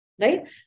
right